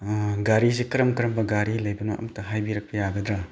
ꯒꯥꯔꯤꯁꯦ ꯀꯔꯝ ꯀꯔꯝꯕ ꯒꯥꯔꯤ ꯂꯩꯕꯅꯣ ꯑꯃꯨꯛꯇ ꯍꯥꯏꯕꯤꯔꯛꯄ ꯌꯥꯒꯗ꯭ꯔꯥ